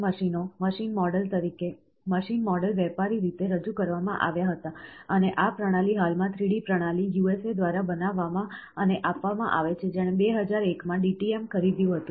SLS મશીનો machine model વ્યાપારી રીતે રજૂ કરવામાં આવ્યા હતા અને આ પ્રણાલી હાલમાં 3D પ્રણાલી USA દ્વારા બનાવવામાં અને આપવામાં આવે છે જેણે 2001 માં DTM ખરીદ્યું હતું